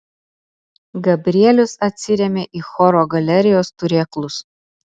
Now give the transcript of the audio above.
gabrielius atsirėmė į choro galerijos turėklus